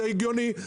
זה הגיוני.